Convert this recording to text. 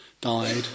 died